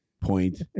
Point